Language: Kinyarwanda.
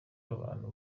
abantu